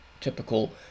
typical